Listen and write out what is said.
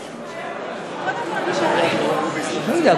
אני לא יודע,